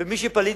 ומי שפליט,